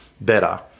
better